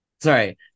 sorry